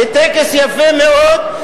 בטקס יפה מאוד,